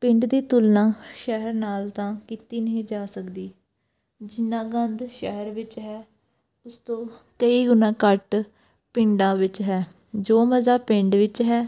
ਪਿੰਡ ਦੀ ਤੁਲਨਾ ਸ਼ਹਿਰ ਨਾਲ ਤਾਂ ਕੀਤੀ ਨਹੀਂ ਜਾ ਸਕਦੀ ਜਿੰਨਾ ਗੰਦ ਸ਼ਹਿਰ ਵਿੱਚ ਹੈ ਉਸ ਤੋਂ ਕਈ ਗੁਣਾ ਘੱਟ ਪਿੰਡਾਂ ਵਿੱਚ ਹੈ ਜੋ ਮਜ਼ਾ ਪਿੰਡ ਵਿੱਚ ਹੈ